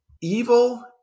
Evil